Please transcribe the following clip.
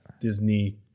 Disney